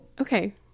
Okay